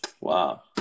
Wow